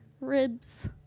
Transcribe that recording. ribs